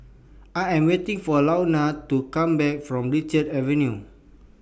I Am waiting For Launa to Come Back from Richards Avenue